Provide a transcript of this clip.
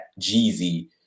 Jeezy